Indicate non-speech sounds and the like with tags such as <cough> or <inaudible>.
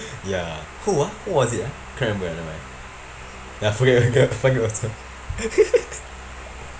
<breath> ya who uh who was it ah can't remember ah never mind ya forget forget also <laughs>